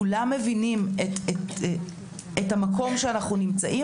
כולם מבינים את המקום שאנחנו נמצאים